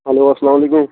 hello اَسلامُ عَلیکُم